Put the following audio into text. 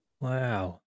Wow